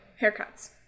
Haircuts